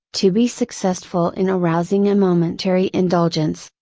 to be successful in arousing a momentary indulgence,